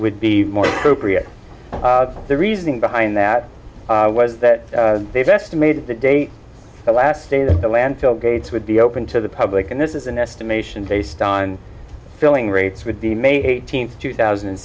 would be more appropriate the reasoning behind that was that they've estimated the date the last day that the landfill gates would be open to the public and this is an estimation based on filling rates would be may eighteenth two thousand